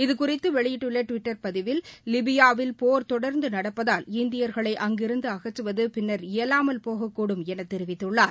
இது குறீதது வெளியிட்டுள்ள டுவிட்டர் பதிவில் லிபியாவில் போர் தொடர்ந்து நடப்பதால் இந்தியர்களை அங்கிருந்து அஅற்றுவது பின்னர் இயலாமல் போகக்கூடும் என தெரிவித்துள்ளார்